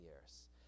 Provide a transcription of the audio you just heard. years